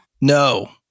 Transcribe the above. No